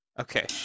Okay